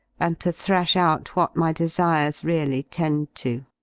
and to thrash out what my desires really tend to.